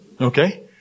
Okay